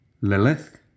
Lilith